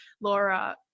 Laura